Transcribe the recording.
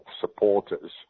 supporters